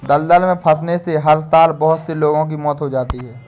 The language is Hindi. दलदल में फंसने से हर साल बहुत से लोगों की मौत हो जाती है